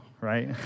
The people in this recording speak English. right